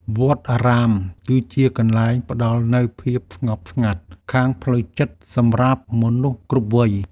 វត្តអារាមគឺជាកន្លែងផ្តល់នូវភាពស្ងប់ស្ងាត់ខាងផ្លូវចិត្តសម្រាប់មនុស្សគ្រប់វ័យ។